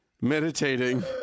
meditating